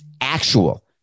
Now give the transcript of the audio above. actual